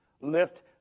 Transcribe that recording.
Lift